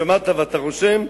שמעת ואתה רושם,